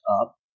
up